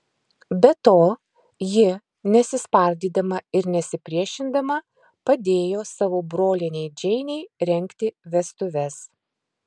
be to ji nesispardydama ir nesipriešindama padėjo savo brolienei džeinei rengti vestuves